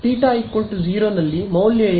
ಆದ್ದರಿಂದ θ 0 ನಲ್ಲಿ ಮೌಲ್ಯ ಏನು